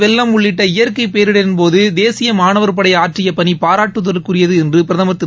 வெள்ளம் உள்ளிட்ட இயற்கை பேரிடரின் போது தேசிய மானவர் படை ஆற்றிய பணி பாராட்டுதலுக்குரியது பிரதமர் என்று திரு